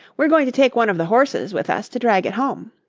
we're going to take one of the horses with us to drag it home.